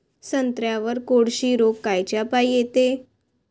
संत्र्यावर कोळशी रोग कायच्यापाई येते?